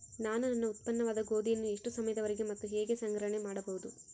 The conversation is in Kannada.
ನಾನು ನನ್ನ ಉತ್ಪನ್ನವಾದ ಗೋಧಿಯನ್ನು ಎಷ್ಟು ಸಮಯದವರೆಗೆ ಮತ್ತು ಹೇಗೆ ಸಂಗ್ರಹಣೆ ಮಾಡಬಹುದು?